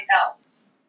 else